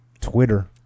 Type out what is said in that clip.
Twitter